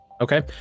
Okay